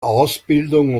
ausbildung